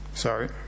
Sorry